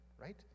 right